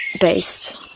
based